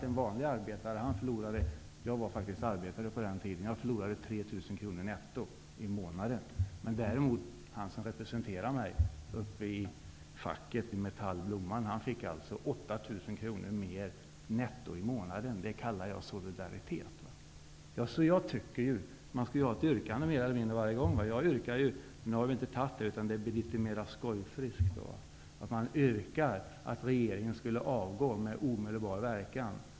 Den innebar att jag som faktiskt var arbetare på den tiden förlorade 3 000 kronor netto i månaden. Han som representerade mig i Metallarbetarförbundet fick däremot 8 000 kronor mer i månaden netto. Det kallar jag solidaritet. Man skall ju ha ett yrkande mer eller mindre varje gång. Jag yrkar -- detta är litet mera skojfriskt -- att regeringen skulle avgå med omedelbar verkan.